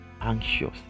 anxious